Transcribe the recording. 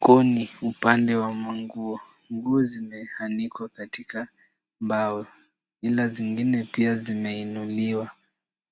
Huu ni upande wa manguo, nguo zimeanikwa katika mbao ila zingine pia zimeinuliwa.